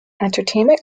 entertainment